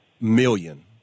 million